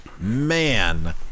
Man